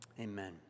Amen